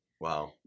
Wow